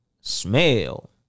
smell